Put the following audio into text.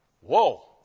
whoa